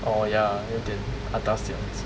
oh ya 有点 atas 这样子